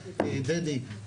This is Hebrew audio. דדי,